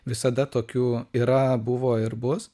visada tokių yra buvo ir bus